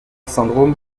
syndrome